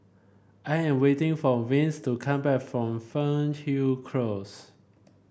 I am waiting for Vance to come back from Fernhill Close